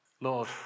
Lord